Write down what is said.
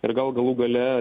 ir gal galų gale